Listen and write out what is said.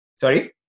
Sorry